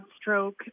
stroke